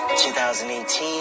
2018